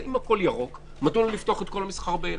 אם הכול ירוק, מדוע לא לפתוח את כל המסחר באילת?